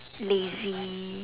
lazy